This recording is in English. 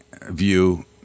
view